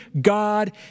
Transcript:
God